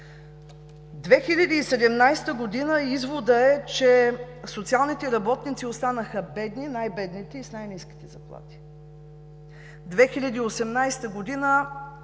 2017 г. изводът е, че социалните работници останаха бедни, най-бедните и с най-ниските заплати. За 2018 г.